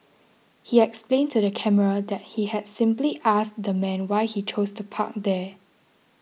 he explained to the camera that he had simply asked the man why he chose to park there